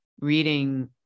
reading